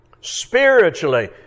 Spiritually